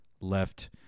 left